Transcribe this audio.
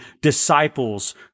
disciples